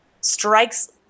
strikes